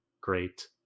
great